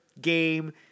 game